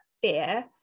fear